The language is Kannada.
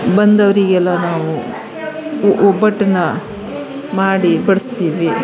ಬಂದವರಿಗೆಲ್ಲ ನಾವು ಒಬ್ಬಟ್ಟನ್ನು ಮಾಡಿ ಬಡಿಸ್ತೀವಿ